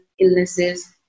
illnesses